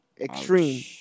extreme